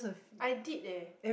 I did leh